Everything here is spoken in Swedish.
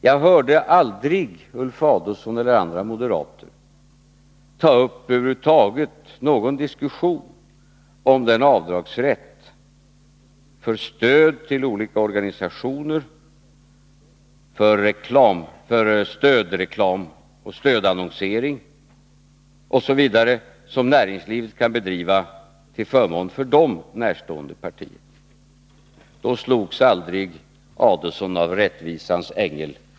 Jag hörde aldrig Ulf Adelsohn eller andra moderater över huvud taget ta upp någon diskussion om avdragsrätten för olika organisationer när det gäller stödreklam, stödannonsering osv. som näringslivet kan bedriva till förmån för näringslivet närstående partier. Då slogs aldrig Ulf Adelsohn av tanken på rättvisans ängel.